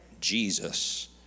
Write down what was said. Jesus